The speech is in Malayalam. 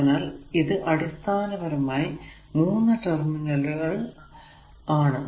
അതിനാൽ ഇത് അടിസ്ഥാന പരമായി 3 ടെർമിനൽ ആണ്